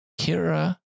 Kira